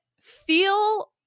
feel